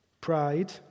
pride